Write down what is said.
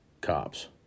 cops